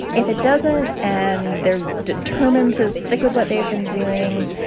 if it doesn't and they're determined to stick with what they've been doing,